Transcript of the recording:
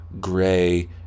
gray